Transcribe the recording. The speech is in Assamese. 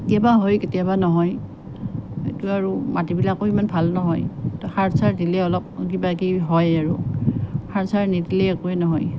কেতিয়াবা হয় কেতিয়াবা নহয় সেইটো আৰু মাটিবিলাকো ইমান ভাল নহয় তো সাৰ চাৰ দিলে অলপ কিবা কিবি হয় আৰু সাৰ চাৰ নিদিলে একোৱেই নহয়